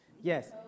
Yes